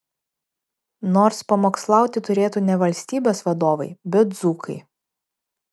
nors pamokslauti turėtų ne valstybės vadovai bet dzūkai